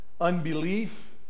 unbelief